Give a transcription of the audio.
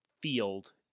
field